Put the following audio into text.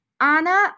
Anna